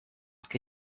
che